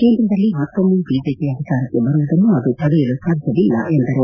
ಕೇಂದ್ರದಲ್ಲಿ ಮತ್ತೊಮ್ಮೆ ಬಿಜೆಪಿ ಅಧಿಕಾರಕ್ಷೆ ಬರುವುದನ್ನು ಅದು ತಡೆಯಲು ಸಾಧ್ಯವಿಲ್ಲ ಎಂದರು